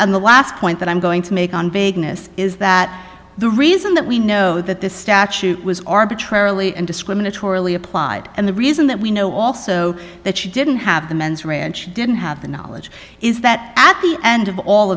and the last point that i'm going to make on vagueness is that the reason that we know that this statute was arbitrarily and discriminatorily applied and the reason that we know also that she didn't have the mens ranch didn't have the knowledge is that at the end of all